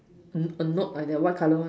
a knob like that white color one